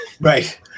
Right